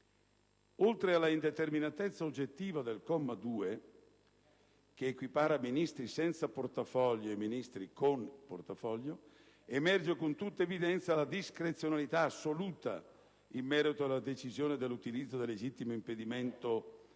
Oltre alla indeterminatezza oggettiva del comma 2, che equipara Ministri senza portafoglio e Ministri con portafoglio, emerge con tutta evidenza la discrezionalità assoluta in merito alla decisione dell'utilizzo del legittimo impedimento ad